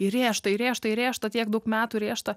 įrėžta įrėžta įrėžta tiek daug metų rėžta